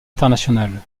internationale